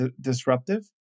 disruptive